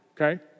okay